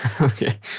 Okay